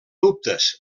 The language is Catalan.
dubtes